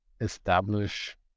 establish